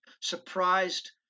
surprised